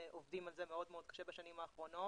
עובדים על זה מאוד מאוד קשה בשנים האחרונות.